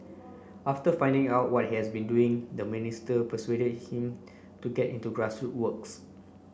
after finding out what he has been doing the minister persuaded him to get into grassroot works